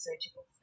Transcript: surgical